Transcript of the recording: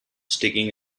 sticking